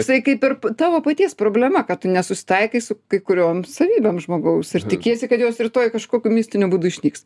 jisai kaip ir tavo paties problema kad tu nesusitaikai su kai kuriom savybėm žmogaus ir tikiesi kad jos rytoj kažkokiu mistiniu būdu išnyks